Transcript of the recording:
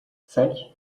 cinq